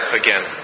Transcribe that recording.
again